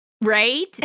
Right